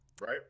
Right